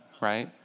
Right